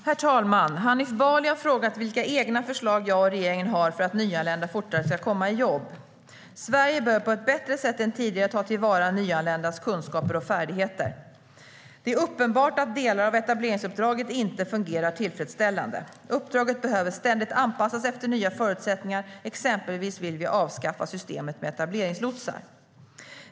Herr talman! Hanif Bali har frågat vilka egna förslag jag och regeringen har för att nyanlända fortare ska komma i jobb. Sverige behöver på ett bättre sätt än tidigare ta till vara nyanländas kunskaper och färdigheter. Det är uppenbart att delar av etableringsuppdraget inte fungerar tillfredsställande. Uppdraget behöver ständigt anpassas efter nya förutsättningar. Exempelvis vill vi avskaffa systemet med etableringslotsar.